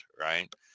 right